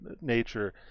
nature